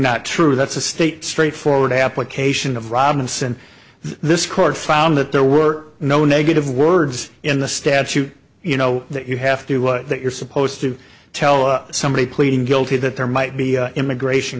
not true that's a state straightforward application of robinson this court found that there were no negative words in the statute you know that you have to do what you're supposed to tell somebody pleading guilty that there might be immigration